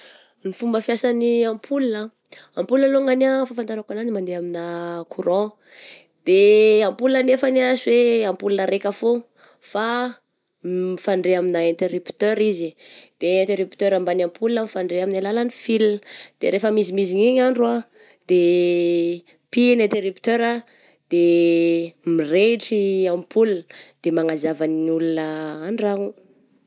Ny fomba fiasan'ny ampola ah, ampola longany ah fahafantarako ananjy mandeha amigna courant, de ampola nefa ah sy hoe ampola raika fô fa m-mifandray amigna interipteur izy, de interipteur mban'ny ampola mifandray amin'ny alalan'ny fil, de rehefa mizimizigna igny ny andro ah, de pihigna interipteur ah de mirehitry ampola, de magnazava ny olona an-dragno.